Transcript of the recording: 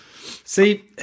See